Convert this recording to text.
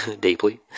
deeply